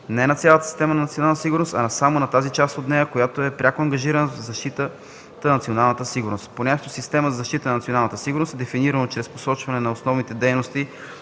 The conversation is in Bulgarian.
не на цялата система за национална сигурност, а само на тази част от нея, която е пряко ангажирана в защитата на националната сигурност. Понятието „система за защита на националната сигурност” е дефинирано чрез посочване на основните дейности